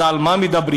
אז על מה מדברים?